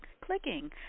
clicking